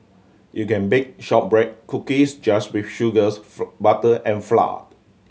you can bake shortbread cookies just with sugars butter and flour